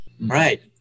right